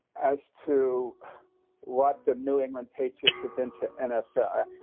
as to what the new england patriots have been to an. ah so